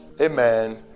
amen